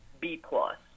B-plus